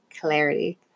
clarity